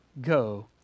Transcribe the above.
go